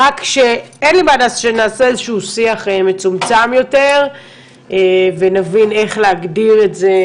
רק שאין לי בעיה שנעשה איזשהו שיח מצומצם יותר ונבין איך להגדיר את זה,